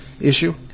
issue